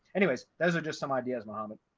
anyways, those are just some ideas, mohammed.